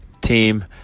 team